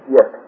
Yes